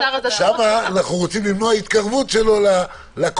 אם הוא לא במעצר --- שם אנחנו רוצים למנוע התקרבות שלו ל"קורבן",